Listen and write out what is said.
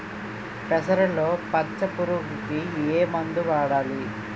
పెసరలో పచ్చ పురుగుకి ఏ మందు వాడాలి?